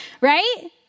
right